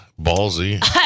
ballsy